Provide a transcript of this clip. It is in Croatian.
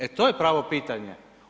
E, to je pravo pitanje.